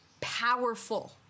powerful